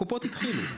הקופות התחילו,